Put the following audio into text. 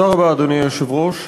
אדוני היושב-ראש,